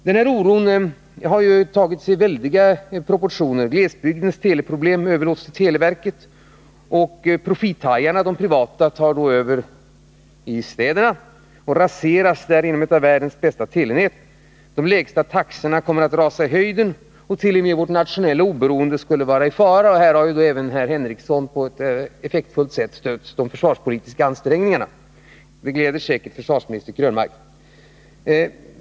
Den här oron har tagit väldiga proportioner: Glesbygdens teleproblem kommer att överlåtas till televerket, och de privata profithajarna kommer då att ta över i städerna. Så raseras ett av världens bästa telenät. De lägsta taxorna i världen kommer att rusa i höjden. T. o. m. vårt nationella oberoende skulle vara i fara — och här har ju också herr Henricsson på ett effektfullt sätt stött de försvarspolitiska ansträngningarna, vilket säkert gläder försvarsminister Krönmark.